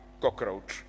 cockroach